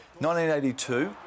1982